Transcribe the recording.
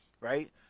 right